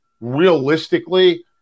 realistically